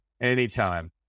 Anytime